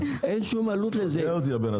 משגע אותי הבן-אדם,